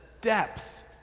depth